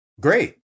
Great